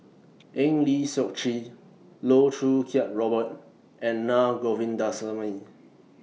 Eng Lee Seok Chee Loh Choo Kiat Robert and Na Govindasamy